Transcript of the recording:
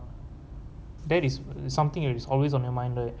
that is something that is always on your mind right